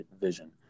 vision